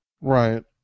Right